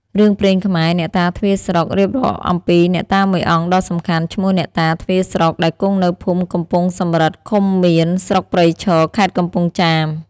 រឿងព្រេងខ្មែរ "អ្នកតាទ្វារស្រុក" រៀបរាប់អំពីអ្នកតាមួយអង្គដ៏សំខាន់ឈ្មោះអ្នកតា "ទ្វារស្រុក" ដែលគង់នៅភូមិកំពង់សំរឹទ្ធិ ឃុំមៀន ស្រុកព្រៃឈរ ខេត្តកំពង់ចាម ។